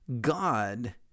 God